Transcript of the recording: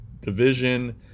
Division